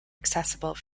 accessible